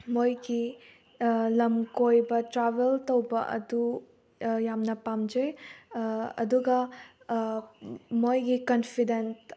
ꯃꯣꯏꯒꯤ ꯂꯝ ꯀꯣꯏꯕ ꯇ꯭ꯔꯥꯕꯦꯜ ꯇꯧꯕ ꯑꯗꯨ ꯌꯥꯝꯅ ꯄꯥꯝꯖꯩ ꯑꯗꯨꯒ ꯃꯣꯏꯒꯤ ꯀꯟꯐꯤꯗꯦꯟ